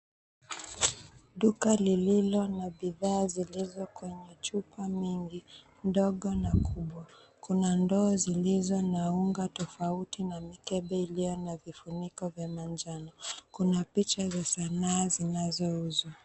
Duka lililo na bidhaa zilizo kwenye chupa mingi, ndogo na kubwa. Kuna ndoo zilizo naunga tofauti na mikebe iliyo na vifuniko vya manjano. Kuna picha za sanaa zinazouzwa.